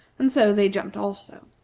and so they jumped also.